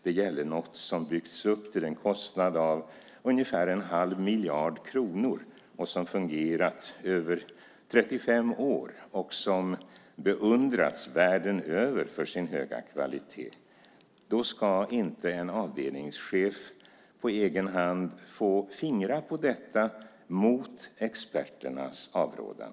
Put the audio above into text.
Det gäller något som byggts upp till en kostnad av ungefär 1⁄2 miljard kronor, som fungerat i över 35 år och som beundrats världen över för sin höga kvalitet. Då ska inte en avdelningschef på egen hand få fingra på detta mot experternas avrådan.